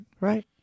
Right